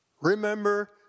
remember